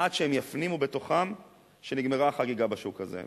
עד שהם יפנימו שנגמרה החגיגה בשוק הזה,